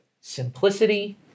simplicity